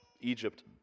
Egypt